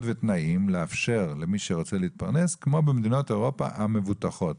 ותנאים לאפשר למי רוצה להתפרנס כמו במדינות אירופה המבוטחות,